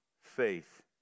faith